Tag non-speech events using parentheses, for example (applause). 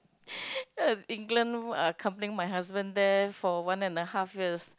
(breath) uh England uh accompanying my husband there for one and a half years